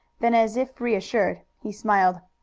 then, as if reassured, he smiled.